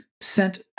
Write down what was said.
sent